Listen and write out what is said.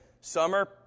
summer